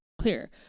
clear